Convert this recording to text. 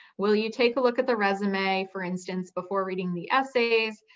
will you take a look at the resume for instance before reading the essays?